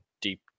deep